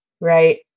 Right